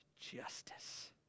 Justice